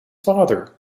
father